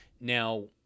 Now